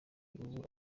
ubu